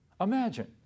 Imagine